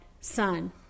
son